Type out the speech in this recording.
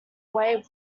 away